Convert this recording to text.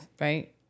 right